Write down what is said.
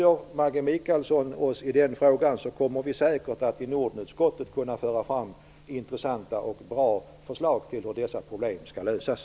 Om Maggi Mikaelsson stöder oss i denna fråga, kommer vi säkert att i Nordenutskottet kunna föra fram intressanta och bra förslag till hur dessa problem skall lösas.